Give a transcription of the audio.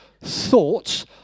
thoughts